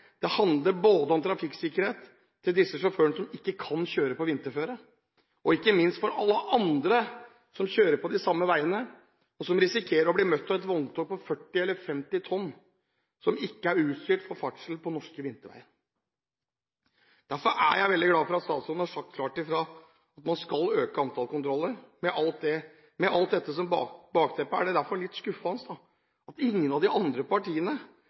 Det handler både om trafikksikkerheten til disse sjåførene som ikke kan kjøre på vinterføre, og ikke minst for alle andre som kjører på de samme veiene, og som risikerer å bli møtt av et vogntog på 40 eller 50 tonn, som ikke er utstyrt for ferdsel på norske vinterveier. Derfor er jeg veldig glad for at statsråden har sagt klart ifra at man skal øke antallet kontroller. Med alt dette som bakteppe er det derfor litt skuffende at ingen av de andre partiene